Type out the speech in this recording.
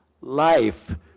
life